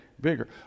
bigger